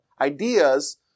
ideas